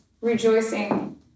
rejoicing